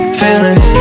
feelings